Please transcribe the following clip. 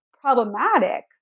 problematic